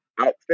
outfit